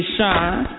Shine